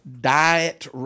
diet